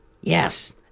Yes